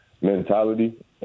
mentality